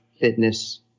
fitness